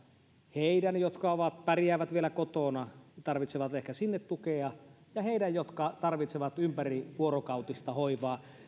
heidän jotka pärjäävät vielä kotona tarvitsevat sinne ehkä tukea ja heidän jotka tarvitsevat ympärivuorokautista hoivaa